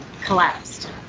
collapsed